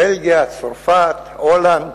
בלגיה, צרפת, הולנד,